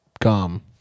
come